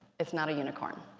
it's not a unicorn,